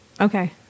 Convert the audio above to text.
Okay